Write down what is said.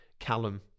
Callum